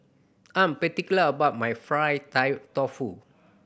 I am particular about my fried tofu